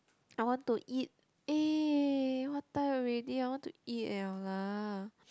I want to eat eh what time already I want to eat liao lah